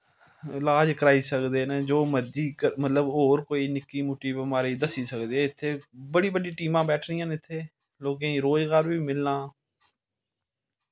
लाज़ कराई सकदे न जो मर्जी मतलव होर कोई निक्की मुट्टी बमारी दस्सी सकद् इत्थें बड़ी बड्डी टीमां बैठी दियां न इत्थे लोकें रोज़गार बी मिलना